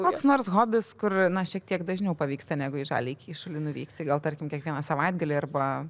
koks nors hobis kur na šiek tiek dažniau pavyksta negu į žaliąjį kyšulį nuvykti gal tarkim kiekvieną savaitgalį arba